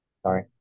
Sorry